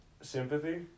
Sympathy